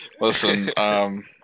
Listen